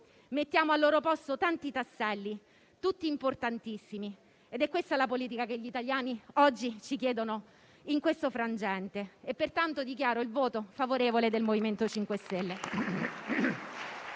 mettiamo al loro posto tanti tasselli, tutti importantissimi ed è questa la politica che gli italiani oggi ci chiedono in questo frangente. Dichiaro pertanto il voto favorevole del MoVimento 5 Stelle.